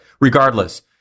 regardless